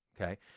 okay